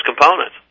components